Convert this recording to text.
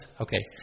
Okay